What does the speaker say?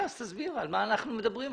תסביר על מה אנחנו מדברים,